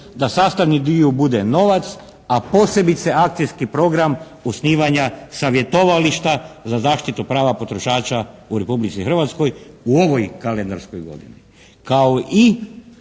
Da sastavni dio bude novac, a posebice akcijski program osnivanja savjetovališta za zaštitu prava potrošača u Republici Hrvatskoj u ovoj kalendarskoj godini.